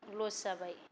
लस जाबाय